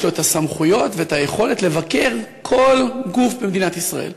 יש לו הסמכויות והיכולת לבקר כל גוף במדינת ישראל,